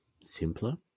simpler